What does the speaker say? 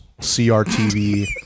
CRTV